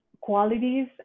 qualities